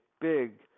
big